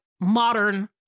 modern